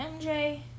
MJ